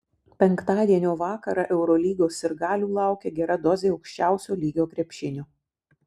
penktadienio vakarą eurolygos sirgalių laukia gera dozė aukščiausio lygio krepšinio